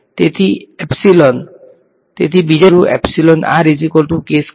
તેથી તેથી બીજા શબ્દોમાં કહીએ તો આ ટર્મ અહીં બરાબર છે તેથી ઠીક છે